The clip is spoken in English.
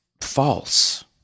false